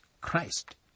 Christ